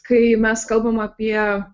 kai mes kalbam apie